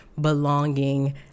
belonging